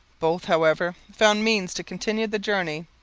both, however, found means to continue the journey.